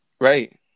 Right